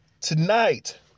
Tonight